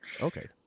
Okay